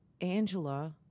Angela